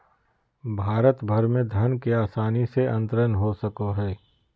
भारत भर में धन के आसानी से अंतरण हो सको हइ